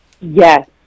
Yes